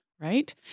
Right